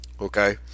okay